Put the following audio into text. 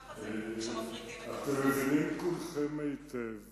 ככה זה כשמפריטים, אתם מבינים כולכם היטב